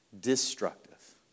destructive